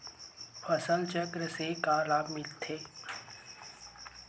फसल चक्र से का लाभ मिलथे?